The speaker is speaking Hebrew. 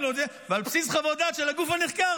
זה פשוט לא ייאמן הדבר הזה, הגוף הנחקר.